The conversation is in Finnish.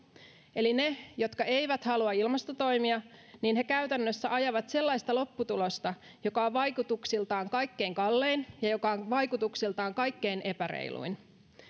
eli ne jotka eivät halua ilmastotoimia niin he käytännössä ajavat sellaista lopputulosta joka on vaikutuksiltaan kaikkein kallein ja joka on vaikutuksiltaan kaikkein epäreiluin